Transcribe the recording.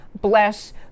bless